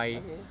okay